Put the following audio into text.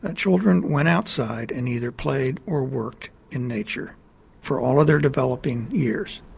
ah children went outside and either played or worked in nature for all of their developing years.